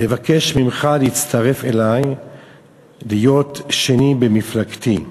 לבקש ממך להצטרף אלי להיות שני במפלגתי.